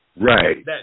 Right